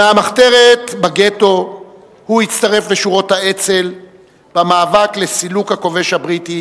מהמחתרת בגטו הוא הצטרף לשורות האצ"ל במאבק לסילוק הכובש הבריטי,